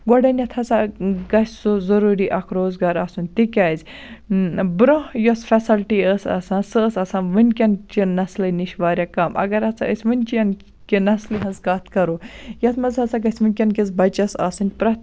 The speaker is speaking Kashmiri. گۄڈنیٚتھ ہَسا گَژھِ سُہ ضروٗری اکھ روزگار آسُن تِکیٛازِ برٛونٛہہ یوٚس فیسَلٹی ٲسۍ آسان سۄ ٲسۍ آسان وُنکیٚن چہِ نَسلہِ نِش واریاہ کَم اَگَر ہَسا أسۍ وُِنچَن کہِ نَسلہٕ ہٕنٛز کتھ کَرو یتھ مَنٛز ہَسا گَژھِ وُنکیٚن کِس بَچَس آسٕنۍ پرٛتھ